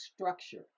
structure